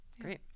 Great